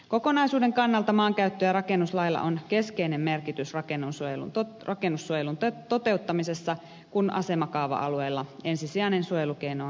kokonaisuuden kannalta maankäyttö ja rakennuslailla on keskeinen merkitys rakennussuojelun toteuttamisessa kun asemakaava alueella ensisijainen suojelukeino on asemakaavasuojelu